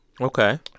Okay